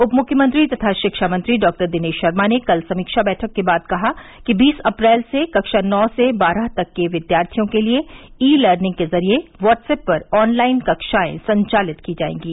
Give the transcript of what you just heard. उप मृख्यमंत्री तथा शिक्षा मंत्री डॉक्टर दिनेश शर्मा ने कल समीक्षा बैठक के बाद कहा कि बीस अप्रैल से कक्षा नौ से बारह तक के विद्यार्थियों के लिए ई लर्निंग के जरिए व्हाट्सऐप पर ऑनलाइन कक्षाएं संचालित की जाएंगी